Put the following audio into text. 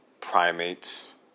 primates